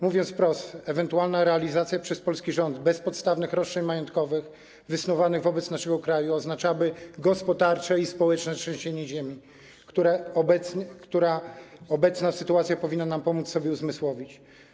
Mówiąc wprost, ewentualna realizacja przez polski rząd bezpodstawnych roszczeń majątkowych wysuwanych wobec naszego kraju oznaczałaby gospodarcze i społeczne trzęsienie ziemi, które obecna sytuacja powinna nam pomóc sobie uzmysłowić.